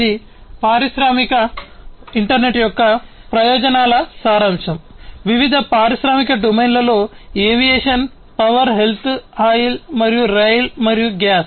ఇది పారిశ్రామిక ఇంటర్నెట్ యొక్క ప్రయోజనాల సారాంశం వివిధ పారిశ్రామిక డొమైన్లలో ఏవియేషన్ పవర్ హెల్త్ ఆయిల్ మరియు రైలు మరియు గ్యాస్